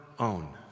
own